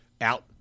out